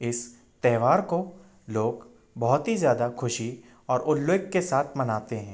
इस त्यौहार को लोग बहुत ही ज़्यादा ख़ुशी और उल्लेख के साथ मनाते हैं